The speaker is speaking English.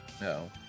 No